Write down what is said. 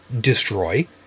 destroy